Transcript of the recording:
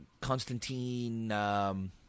Constantine –